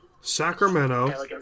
Sacramento